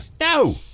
No